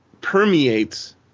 permeates